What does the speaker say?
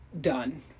done